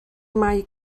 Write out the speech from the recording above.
mae